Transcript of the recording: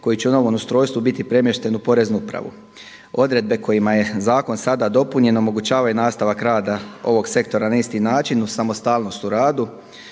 koji će u novom ustrojstvu biti premješten u Poreznu upravu. Odredbe kojima je zakon sada dopunjen omogućavaju nastavak rada ovog sektora na isti način uz samostalnog u radu,